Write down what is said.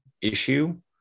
issue